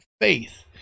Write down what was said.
faith